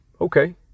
Okay